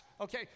Okay